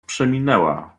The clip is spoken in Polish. przeminęła